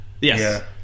Yes